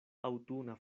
aŭtuna